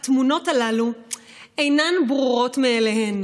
התמונות הללו אינן ברורות מאליהן.